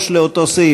2 לסעיף 4 לא אושרה.